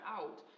out